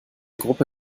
gruppe